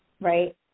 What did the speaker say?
right